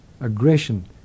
aggression